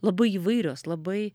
labai įvairios labai